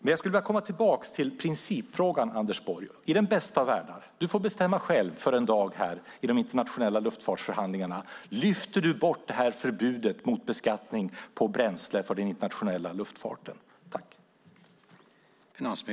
Jag skulle vilja gå tillbaka till principfrågan, Anders Borg. I den bästa av världar - du får bestämma själv för en dag i de internationella luftfartsförhandlingarna - lyfter du bort förbudet mot beskattning på bränsle för den internationella luftfarten?